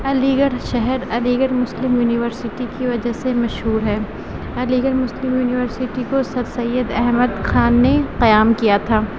علی گڑھ شہر Aligarh Muslim university کی وجہ سے مشہور ہے علی گڑھ مسلم یونیورسٹی کو سر سید احمد خاں نے قیام کیا تھا